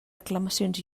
reclamacions